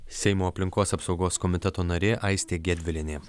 seimo aplinkos apsaugos komiteto narė aistė gedvilienė